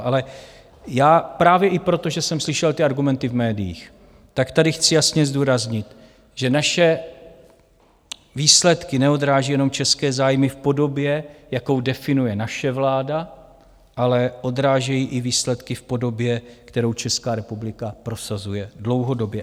Ale já právě i proto, že jsem slyšel ty argumenty v médiích, tak tady chci jasně zdůraznit, že naše výsledky neodrážejí jenom české zájmy v podobě, jakou definuje naše vláda, ale odrážejí i výsledky v podobě, kterou Česká republika prosazuje dlouhodobě.